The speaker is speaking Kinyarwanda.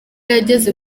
yageze